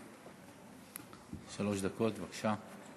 שלוש דקות, בבקשה.